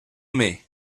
mais